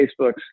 Facebook's